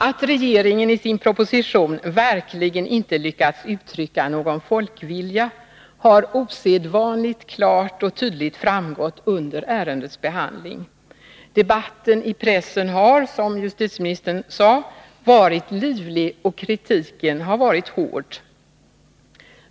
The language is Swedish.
Att regeringen i sin proposition verkligen inte lyckats uttrycka någon folkvilja har osedvanligt klart och tydligt framgått under ärendets behandling. Debatten i pressen har, som justitieministern sade, varit livlig och kritiken hård.